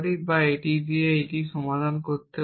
বা আমি এটি দিয়ে এটি সমাধান করতে পারি